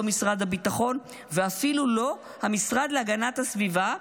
לא משרד הביטחון ואפילו לא המשרד להגנת הסביבה,